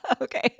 Okay